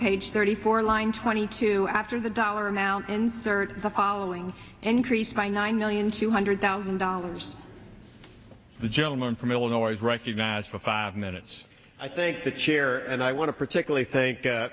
page thirty four line twenty two after the dollar amount insert the following entries by nine million two hundred thousand dollars the gentleman from illinois recognized for five minutes i think the chair and i want to particularly think